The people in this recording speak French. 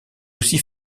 aussi